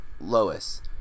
Lois